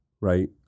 right